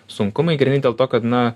sunkumai grynai dėl to kad na